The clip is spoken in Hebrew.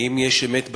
האם יש אמת בדבר?